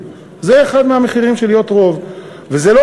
ואחד המחירים בלהיות רוב זה להיות אציל.